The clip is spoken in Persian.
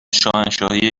شاهنشاهی